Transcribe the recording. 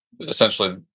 essentially